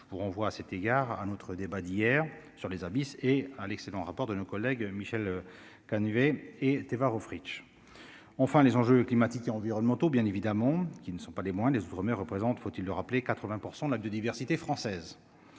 je vous renvoie à cet égard un autre débat d'hier sur les abysses et à l'excédent rapport de nos collègues Michel Canuet et Téva Rohfritsch enfin les enjeux climatiques et environnementaux bien évidemment qui ne sont pas les moins des Outre-Mer représentent, faut-il le rappeler 80 % de la biodiversité française,